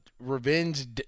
Revenge